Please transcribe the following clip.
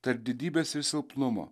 tarp didybės ir silpnumo